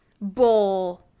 bowl